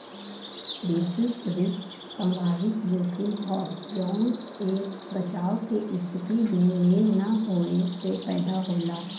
basis risk संभावित जोखिम हौ जौन एक बचाव के स्थिति में मेल न होये से पैदा होला